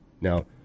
Now